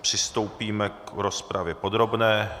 Přistoupíme k rozpravě podrobné.